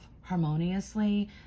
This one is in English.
harmoniously